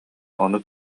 ону